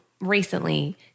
recently